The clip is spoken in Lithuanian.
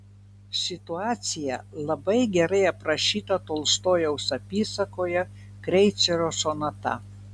situacija labai gerai aprašyta tolstojaus apysakoje kreicerio sonata